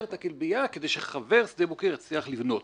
את הכלבייה כדי שחבר שדה בוקר יצליח לבנות?